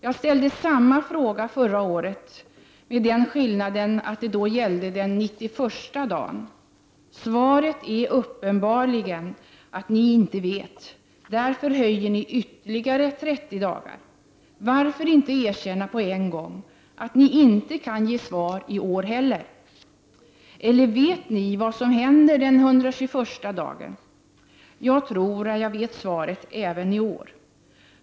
Jag ställde samma fråga förra året med den skillnaden att det då gällde den 91:a dagen. Svaret är uppenbarligen att ni inte vet, därför höjer ni med ytterligare 30 dagar. Varför inte erkänna på en gång att ni inte kan ge svar i år heller? Eller vet ni vad som händer den 121:a dagen? Jag tror att jag vet svaret även i år.